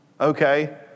Okay